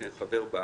שאני חבר בה,